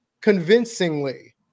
convincingly